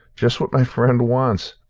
just what my friend wants.